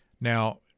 Now